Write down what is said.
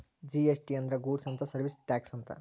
GST ಅಂದ್ರ goods and service tax ಅಂತ